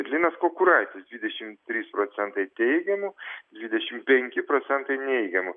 linas kukuraitis dvidešim trys procentai teigiamų dvidešim penki procentai neigiamų